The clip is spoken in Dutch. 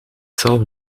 zelf